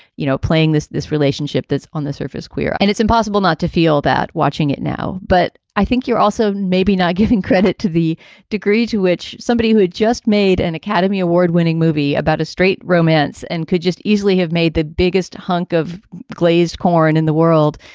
you know, playing this this relationship that's on the surface queer. and it's impossible not to feel that watching it now. but i think you're also maybe not giving credit to the degree to which somebody who had just made an academy award winning movie about a straight romance and could just easily have made the biggest hunk of glazed corn in the world,